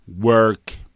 work